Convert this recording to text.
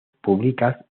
públicas